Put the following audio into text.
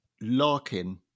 Larkin